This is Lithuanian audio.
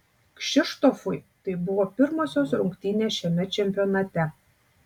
kšištofui tai buvo pirmosios rungtynės šiame čempionate